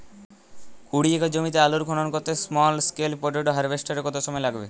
কুড়ি একর জমিতে আলুর খনন করতে স্মল স্কেল পটেটো হারভেস্টারের কত সময় লাগবে?